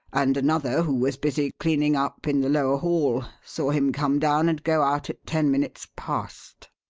and another, who was busy cleaning up in the lower hall, saw him come down and go out at ten minutes past.